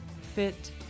fit